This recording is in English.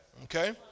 Okay